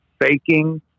faking